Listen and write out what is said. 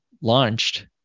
launched